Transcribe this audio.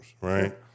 right